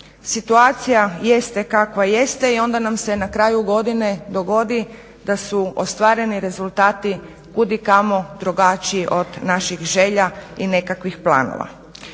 situacija jeste kakva jeste i onda nam se na kraju godine dogodi da su ostvareni rezultati kud i kamo drugačiji od naših želja i nekakvih planova.